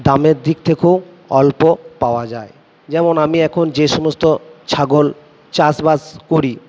দামের দিক থেকেও অল্প পাওয়া যায় যেমন আমি এখন যে সমস্ত ছাগল চাষবাস করি